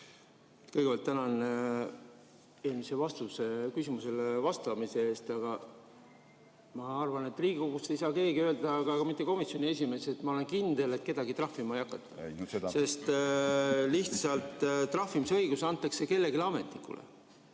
Kõigepealt tänan eelmise vastuse eest, küsimusele vastamise eest. Aga ma arvan, et Riigikogus ei saa keegi öelda, ka mitte komisjoni esimees, et ma olen kindel, et kedagi trahvima ei hakata. Lihtsalt trahvimisõigus antakse kellelegi ametnikule